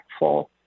impactful